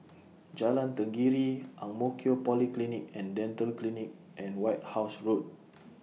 Jalan Tenggiri Ang Mo Kio Polyclinic and Dental Clinic and White House Road